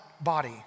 body